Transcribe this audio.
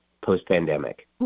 post-pandemic